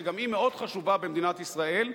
שגם היא מאוד חשובה במדינת ישראל,